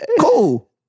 Cool